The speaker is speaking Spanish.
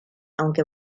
aunque